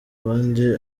abandi